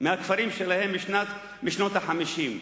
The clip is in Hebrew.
מהכפרים שלהם משנות ה-50.